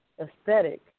aesthetic